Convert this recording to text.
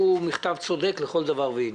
הוא מכתב צודק לכל דבר ועניין.